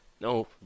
No